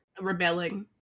rebelling